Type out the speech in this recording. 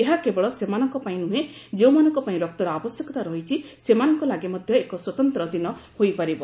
ଏହା କେବଳ ସେମାନଙ୍କ ପାଇଁ ନୁହଁ ଯେଉଁମାନଙ୍କ ପାଇଁ ରକ୍ତର ଆବଶ୍ୟକତା ରହିଛି ସେମାନଙ୍କ ଲାଗି ମଧ୍ୟ ଏକ ସ୍ୱତନ୍ତ୍ର ଦିନ ହୋଇପାରିବ